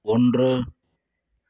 ஒன்று